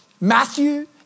Matthew